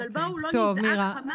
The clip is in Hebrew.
אבל בואו לא נזעק חמאס.